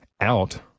out